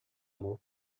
amor